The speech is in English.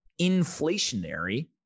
inflationary